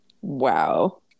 Wow